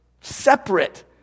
separate